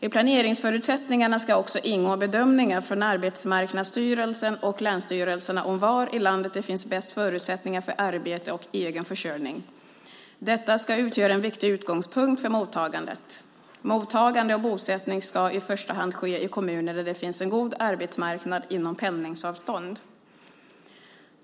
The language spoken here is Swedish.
I planeringsförutsättningarna ska också ingå bedömningar från Arbetsmarknadsstyrelsen och länsstyrelserna om var i landet det finns bäst förutsättningar för arbete och egen försörjning. Detta ska utgöra en viktig utgångspunkt för mottagandet. Mottagande och bosättning ska i första hand ske i kommuner där det finns en god arbetsmarknad inom pendlingsavstånd.